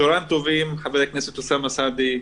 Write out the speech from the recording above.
צוהריים טובים חבר הכנסת אוסאמה סעדי,